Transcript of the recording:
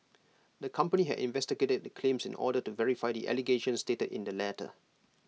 the company had investigated the claims in order to verify the allegations stated in the letter